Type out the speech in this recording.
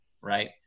right